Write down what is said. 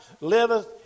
liveth